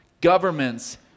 governments